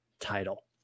title